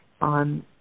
on